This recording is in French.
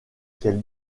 qu’elle